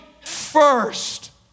first